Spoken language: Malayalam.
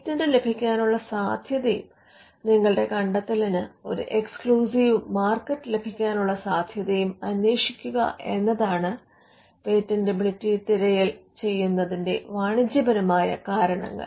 പേറ്റന്റ് ലഭിക്കാനുള്ള സാധ്യതയും നിങ്ങളുടെ കണ്ടെത്തലിന് ഒരു എക്സ്ക്ലൂസീവ് മാർക്കറ്റ് ലഭിക്കാനുള്ള സാധ്യതയും അന്വേഷിക്കുക എന്നതാണ് പേറ്റന്റെബിലിറ്റി തിരയൽ നടത്തുന്നതിന്റെ വാണിജ്യപരമായ കാരണങ്ങൾ